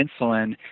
insulin